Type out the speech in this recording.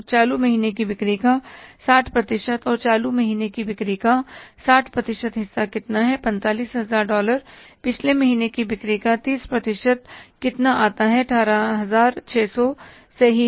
चालू महीने की बिक्री का 60 प्रतिशत और चालू महीने की बिक्री का 60 प्रतिशत हिस्सा कितना है 45000 डॉलर पिछले महीने की बिक्री का 30 प्रतिशत कितना आता है 18600 सही है